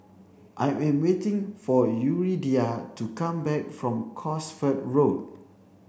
I am waiting for Yuridia to come back from Cosford Road